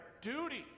duty